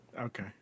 Okay